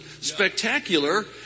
spectacular